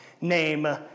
Name